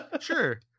sure